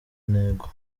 intego